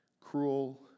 cruel